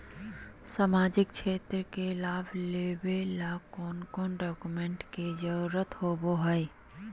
सामाजिक क्षेत्र के लाभ लेबे ला कौन कौन डाक्यूमेंट्स के जरुरत होबो होई?